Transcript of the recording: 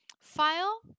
file